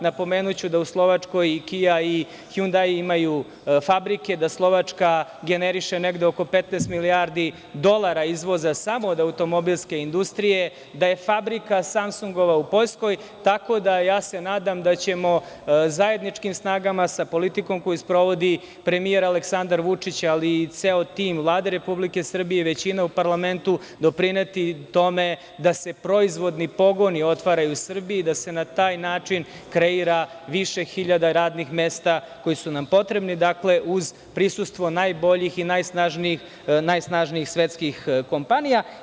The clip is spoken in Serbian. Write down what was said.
Napomenuću da u Slovačkoj i „Kia“ i „Hundai“ imaju fabrike, da Slovačka generiše oko 15 milijardi dolara izvoza samo od automobilske industrije, da je fabrika „Samsungova“ u Poljskoj, tako da se nadam da ćemo zajedničkim snagama, sa politikom koju sprovodi premijer Aleksandar Vučić, ali i ceo tim Vlade Republike Srbije, većina u parlamentu, doprineti tome da se proizvodni pogoni otvaraju u Srbiji i da se na taj način kreira više hiljada radnih mesta koja su nam potrebna, dakle, uz prisustvo najboljih i najsnažnijih svetskih kompanija.